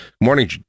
Morning